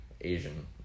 asian